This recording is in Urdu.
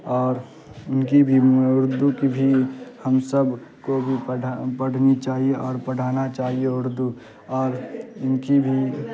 اور ان کی بھی اردو کی بھی ہم سب کو بھی پڑھنی چاہیے اور پڑھانا چاہیے اردو اور ان کی بھی